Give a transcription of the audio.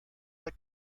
der